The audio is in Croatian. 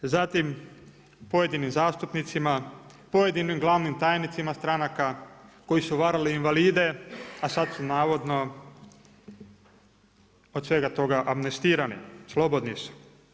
Zatim, pojedinim zastupnicima, pojedinim glavnim tajnicima stranaka koji su varali invalide, a sad su navodno od svega toga amnestirani, slobodni su.